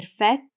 perfetto